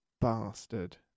bastard